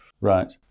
Right